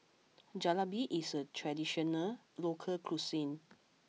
Jalebi is a traditional local cuisine